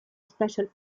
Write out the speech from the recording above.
special